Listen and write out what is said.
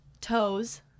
toes